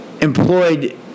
employed